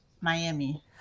Miami